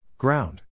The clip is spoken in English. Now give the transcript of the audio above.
Ground